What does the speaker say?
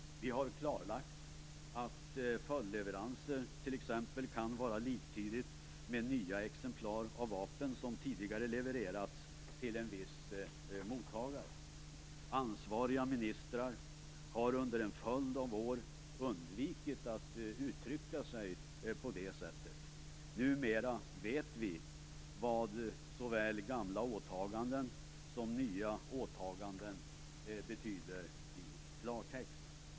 Vi har klarlagt att följdleveranser t.ex. kan vara liktydigt med nya exemplar av vapen som tidigare levererats till en viss mottagare. Ansvariga ministrar har under en följd av år undvikit att uttrycka sig på det sättet. Numera vet vi vad såväl "gamla åtaganden" som "nya åtaganden" betyder i klartext.